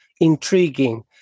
intriguing